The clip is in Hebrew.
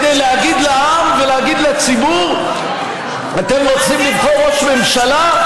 כדי להגיד לעם ולהגיד לציבור: אתם רוצים לבחור ראש ממשלה?